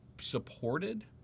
supported